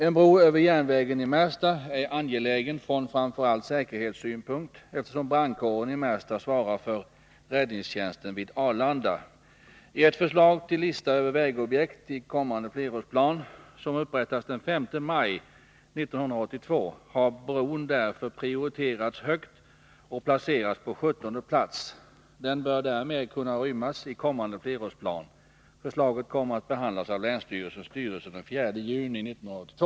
En bro över järnvägen i Märsta är angelägen från framför allt säkerhetssynpunkt, eftersom brandkåren i Märsta svarar för räddningstjänsten vid Arlanda. I ett förslag till lista över vägobjekt i kommande flerårsplan, som upprättades den 5 maj 1982, har bron därför prioriterats högt och placerats på sjuttonde plats. Den bör därmed kunna rymmas i kommande flerårsplan. Förslaget kommer att behandlas av länsstyrelsens styrelse den 4 juni 1982.